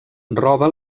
roba